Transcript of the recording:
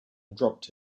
dropped